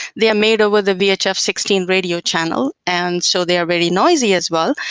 they are made over the vhf sixteen radio channel, and so they are really noisy as well.